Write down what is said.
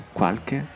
qualche